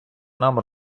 нам